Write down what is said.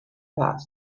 passed